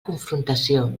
confrontació